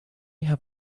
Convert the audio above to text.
have